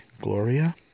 Gloria